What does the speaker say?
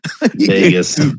Vegas